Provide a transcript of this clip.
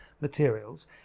materials